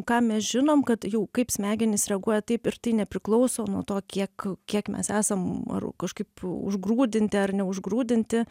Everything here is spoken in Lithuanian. ką mes žinom kad jau kaip smegenys reaguoja taip ir tai nepriklauso nuo to kiek kiek mes esam ar kažkaip užgrūdinti ar neužgrūdinti